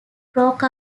broke